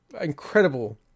incredible